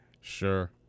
Sure